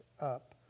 up